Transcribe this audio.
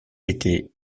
était